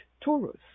Taurus